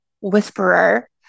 Whisperer